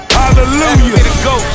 hallelujah